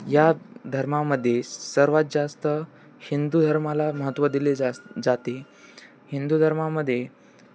या धर्मामध्ये सर्वात जास्त हिंदू धर्माला महत्त्व दिले जास् जाते हिंदू धर्मामध्ये